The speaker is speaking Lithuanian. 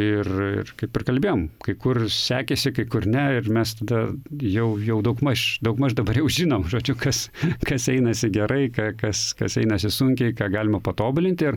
ir ir kaip ir kalbėjome kai kur sekėsi kai kur ne ir mes tada jau jau daugmaž daugmaž dabar jau žinom žodžiu kas kas einasi gerai ka kas kas einasi sunkiai ką galima patobulinti ir